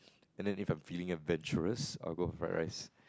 and then if I'm feeling adventurous I will go for fried rice